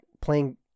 playing